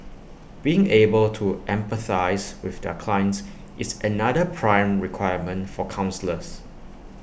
being able to empathise with their clients is another prime requirement for counsellors